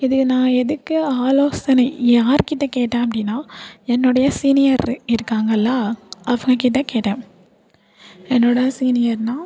இதில் நான் எதுக்கு ஆலோசனை யார்கிட்ட கேட்டேன் அப்படின்னா என்னுடைய சீனியர் இருக்காங்களா அவங்கக்கிட்ட கேட்டேன் என்னோடய சீனியர்னா